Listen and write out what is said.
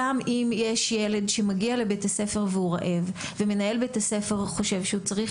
גם אם יש ילד שמגיע לבית הספר והוא רעב ומנהל בית הספר חושב שהוא צריך